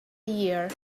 year